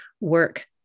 work